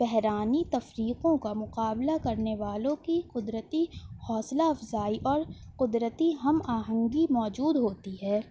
بحرانی تفریقوں کا مقابلہ کرنے والوں کی قدرتی حوصلہ افزائی اور قدرتی ہم آہنگی موجود ہوتی ہے